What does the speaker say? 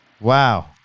Wow